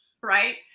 right